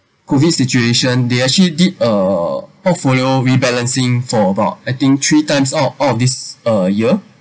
COVID situation they actually did uh portfolio re-balancing for about I think three times out out of this uh year